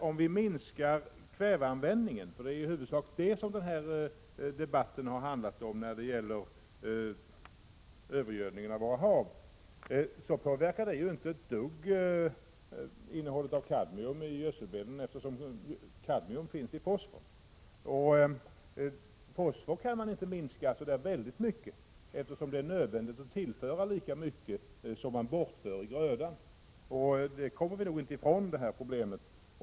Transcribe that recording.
Om vi minskar kväveanvändningen, för det är i huvudsak det den debatt har handlat om som gällt övergödningen av haven, påverkar det inte ett dugg kadmiuminnehållet i gödselmedlen, eftersom kadmium finns i fosforn. Användningen av fosfor kan man inte minska så där väldigt mycket, eftersom det är nödvändigt att tillföra lika mycket som man bortför i grödan. Det problemet kommer vi nog inte ifrån.